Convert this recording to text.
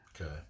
Okay